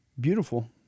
Beautiful